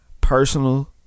Personal